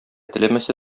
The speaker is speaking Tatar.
теләмәсә